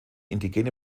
indigene